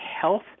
health